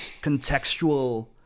contextual